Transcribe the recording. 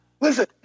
Listen